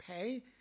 pay